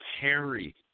Perry